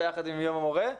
ביחד עם יום המורה.